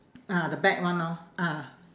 ah the bad one lor ah